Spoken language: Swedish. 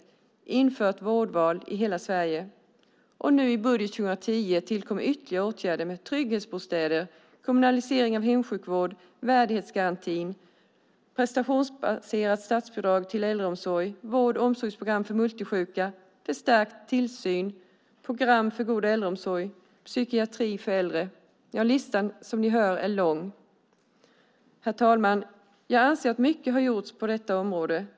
Vi har också infört vårdval i hela Sverige. Nu, i budget för 2010, tillkommer ytterligare åtgärder med trygghetsbostäder, kommunalisering av hemsjukvård, värdighetsgaranti, prestationsbaserat statsbidrag till äldreomsorg, vård och omsorgsprogram för multisjuka, förstärkt tillsyn, program för god äldreomsorg och psykiatri för äldre. Listan är som ni hör lång. Herr talman! Jag anser att mycket har gjorts på detta område.